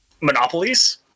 monopolies